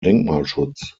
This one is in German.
denkmalschutz